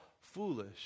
foolish